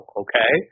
okay